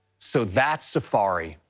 so that's safari.